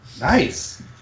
Nice